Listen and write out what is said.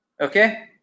Okay